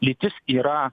lytis yra